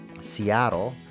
Seattle